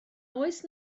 oes